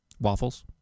waffles